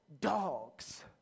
dogs